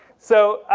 so,